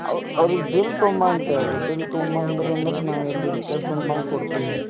ಅವ ಅವ್ರಿಗೆ ಬಿಲ್ ತಗೊಂಬಾ ಅಂತ ಹೇಳಿ ರೀ ಬಿಲ್ ತಗೊಂಬಂದ್ರ ಅಂದ್ರಾ ನಾ ಇಲ್ಲಿ ರಿಪ್ಲೇಸ್ಮೆಂಟ್ ಮಾಡಿ ಕೊಡ್ತೀವಿ